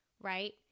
right